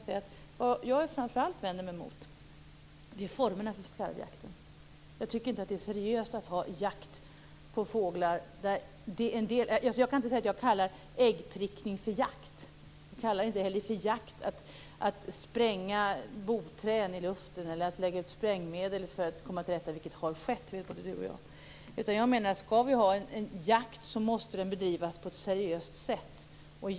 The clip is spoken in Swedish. Vad jag framför allt vänder mig emot är formerna för skarvjakt. Jag tycker inte att det är seriöst att ha sådan jakt på fåglar. Jag kan inte säga att jag kallar äggprickning för jakt. Jag kallar det inte heller för jakt att spränga boträd i luften eller att lägga ut sprängmedel - vilket har skett, det vet både Carl G Jag menar att om vi skall ha jakt så måste den bedrivas på ett seriöst sätt.